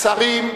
שרים,